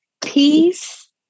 peace